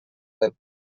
del